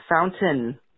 fountain